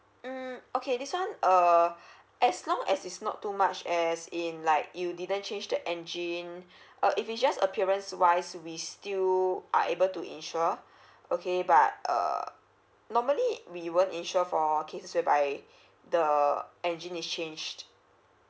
mm okay this one uh as long as it's not too much as in like you didn't change the engine uh if it just appearance wise we still are able to insure okay but err normally we will insure for cases whereby the engine is change